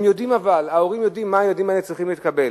אבל ההורים יודעים מה הילדים האלה צריכים לקבל.